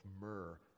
myrrh